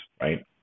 right